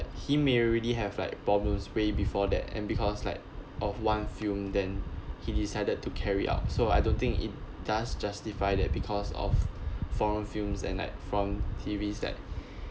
he may already have like problems way before that and because like of one film then he decided to carry out so I don't think it does justify that because of foreign films and like foreign T_V that